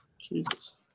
Jesus